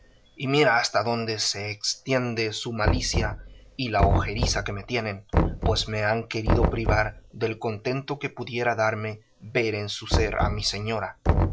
y mira hasta dónde se estiende su malicia y la ojeriza que me tienen pues me han querido privar del contento que pudiera darme ver en su ser a mi señora